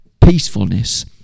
peacefulness